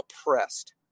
oppressed